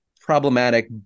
problematic